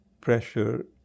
pressure